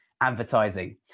advertising